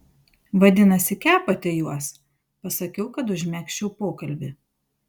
vadinasi kepate juos pasakiau kad užmegzčiau pokalbį